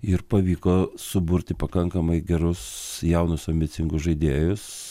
ir pavyko suburti pakankamai gerus jaunus ambicingus žaidėjus